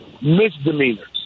misdemeanors